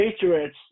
Patriots